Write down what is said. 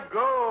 go